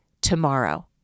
tomorrow